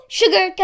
sugar